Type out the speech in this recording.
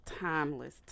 timeless